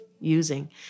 using